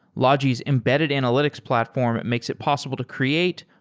logi's embedded analytics platform makes it possible to create,